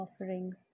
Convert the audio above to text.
offerings